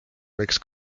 võiks